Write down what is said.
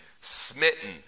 smitten